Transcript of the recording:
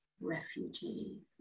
refugee